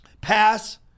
pass